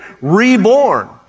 reborn